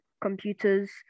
computers